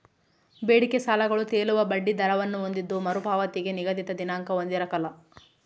ಬೇಡಿಕೆ ಸಾಲಗಳು ತೇಲುವ ಬಡ್ಡಿ ದರವನ್ನು ಹೊಂದಿದ್ದು ಮರುಪಾವತಿಗೆ ನಿಗದಿತ ದಿನಾಂಕ ಹೊಂದಿರಕಲ್ಲ